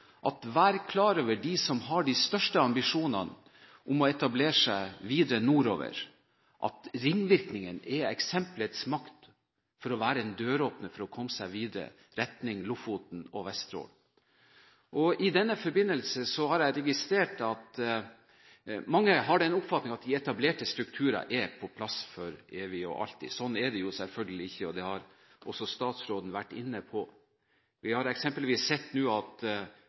klar over de som har de største ambisjonene om å etablere seg videre nordover, at ringvirkningen er eksemplets makt for å være en døråpner for å komme seg videre i retning Lofoten og Vesterålen. I den forbindelse har jeg registrert at mange har den oppfatning at de etablerte strukturer er på plass for evig og alltid. Slik er det selvfølgelig ikke, og det har også statsråden vært inne på. Vi har eksempelvis sett at Tromsø nå